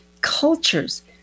cultures